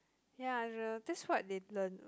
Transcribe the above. ya the that's what they learn